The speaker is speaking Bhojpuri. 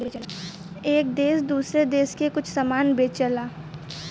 एक देस दूसरे देस के कुछ समान बेचला